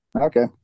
Okay